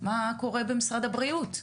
מה קורה במשרד הבריאות.